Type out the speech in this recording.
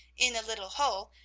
in the little hole,